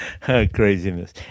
Craziness